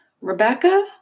Rebecca